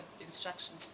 instruction